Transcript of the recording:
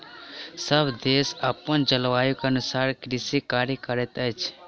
सभ देश अपन जलवायु के अनुसारे कृषि कार्य करैत अछि